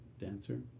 dancer